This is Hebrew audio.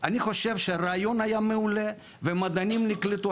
אני חושב שהרעיון היה מעולה, והמדענים נקלטו.